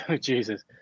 Jesus